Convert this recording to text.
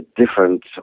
different